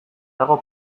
dago